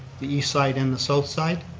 the east side and the south side,